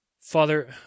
father